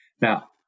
Now